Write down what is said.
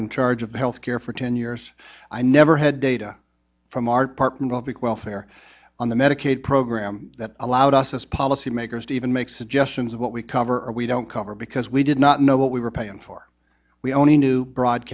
in charge of health care for ten years i never had data from our partner will pick welfare on the medicaid program that allowed us policymakers to even make suggestions of what we cover or we don't cover because we did not know what we were paying for we only knew broad